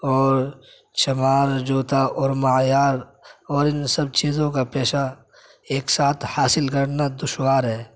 اور چمار جو تھا اور مایار اور ان سب چیزوں کا پیشہ ایک ساتھ حاصل کرنا دشوار ہے